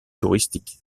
touristique